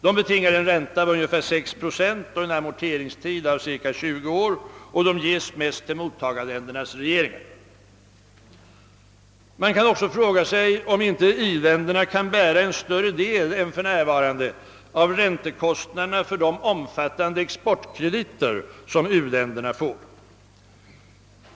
De betingar en ränta av ungefär 6 procent och en amorteringstid av cirka 20 år och de ges mest till mottagarländernas regeringar. Man kan också fråga sig, om inte i-länderna kan bära en större del än för närvarande av räntekostnaderna för de omfattande exportkrediter som uländerna får.